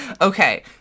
Okay